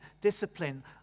discipline